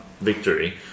victory